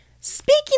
Speaking